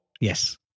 Yes